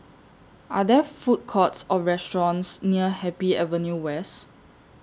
Are There Food Courts Or restaurants near Happy Avenue West